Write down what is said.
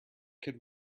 could